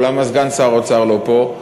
למה סגן שר האוצר לא פה?